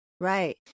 Right